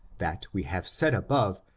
that we have said above,